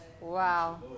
Wow